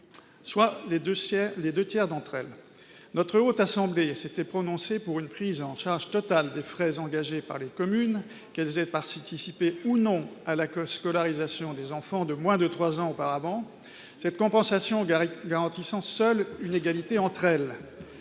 soit les deux tiers d'entre elles. La Haute Assemblée s'était prononcée pour une prise en charge totale des frais engagés par les communes, qu'elles aient participé ou non à la scolarisation des enfants de moins de 3 ans auparavant, cette compensation garantissant seule une égalité entre elles.